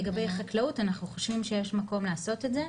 לגבי חקלאות אנחנו חושבים שיש מקום לעשות את זה.